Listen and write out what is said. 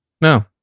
No